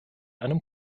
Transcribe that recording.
einem